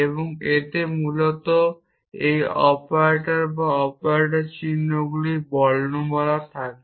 এবং এতে মূলত এই অপারেটর বা অপারেটর চিহ্নগুলির বর্ণমালা থাকে